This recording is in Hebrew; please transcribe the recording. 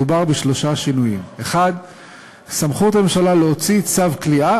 מדובר בשלושה שינויים: 1. סמכות הממשלה להוציא צו כליאה